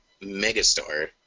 megastar